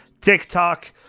TikTok